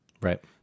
right